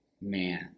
Man